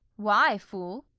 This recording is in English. why, fool?